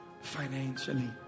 financially